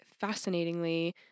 fascinatingly